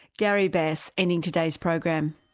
gary bass, ending today's program.